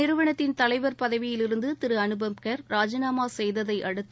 நிறுவனத்தின் தலைவர் பதவியிலிருந்து திரு அனுப்பம்கெர் ராஜினாமா செய்ததையடுத்து